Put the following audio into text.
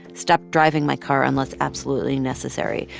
stopped driving my car unless absolutely necessary,